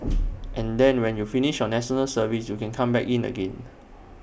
and then when you finish your National Service you can come back in again